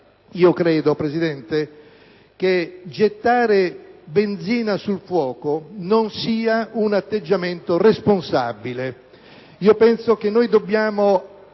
signor Presidente, che gettare benzina sul fuoco non sia un atteggiamento responsabile. Penso che dobbiamo